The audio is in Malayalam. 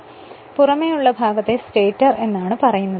ഇതിൽ കാണുന്ന പുറമേയുള്ള ഭാഗത്തെ സ്റ്റേറ്റർ എന്നാണ് പറയുന്നത്